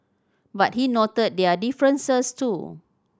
but he noted their differences too